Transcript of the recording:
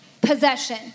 possession